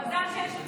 (אומרת בשפת